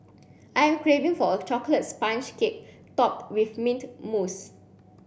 I am craving for a chocolate sponge cake topped with mint mousse